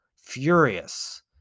Furious